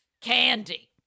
Candy